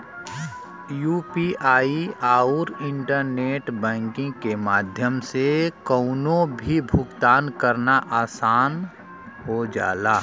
UPI आउर internet banking के माध्यम से कउनो भी भुगतान करना आसान हो जाला